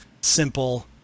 simple